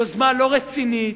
יוזמה לא רצינית,